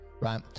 Right